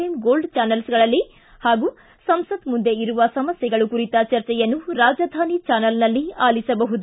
M gold ಚಾನೆಲ್ಗಗಳಲ್ಲಿ ಹಾಗೂ ಸಂಸತ್ ಮುಂದೆ ಇರುವ ಸಮಸ್ಟೆಗಳು ಕುರಿತ ಚರ್ಚೆಯನ್ನು ರಾಜಧಾನಿ ಚಾನೆಲ್ನಲ್ಲಿ ಅಲಿಸಬಹುದು